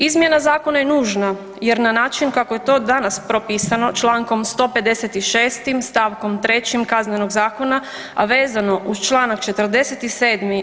Izmjena zakona je nužna jer na način kako je to danas propisano čl. 156. st. 3. Kaznenog zakona, vezano uz čl. 47.